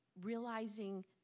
realizing